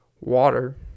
water